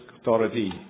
authority